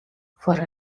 foar